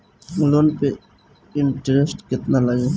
Loan पे interest केतना लागी?